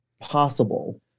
possible